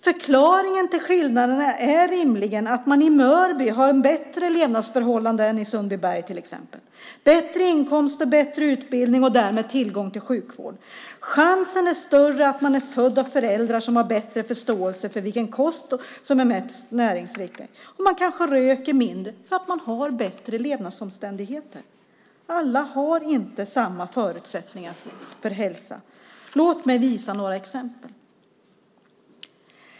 Förklaringen till skillnaderna är rimligen att man i Mörby har bättre levnadsförhållanden än i Sundbyberg till exempel, bättre inkomster, bättre utbildning och därmed tillgång till sjukvård. Chansen är större att man är född av föräldrar som har bättre förståelse för vilken kost som är mest näringsriktig, och man kanske röker mindre för att man har bättre levnadsomständigheter. Alla har inte samma förutsättningar för hälsa. Låt mig ge några exempel.